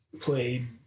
played